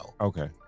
Okay